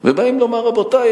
ובאים לומר: רבותי,